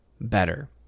better